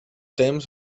temps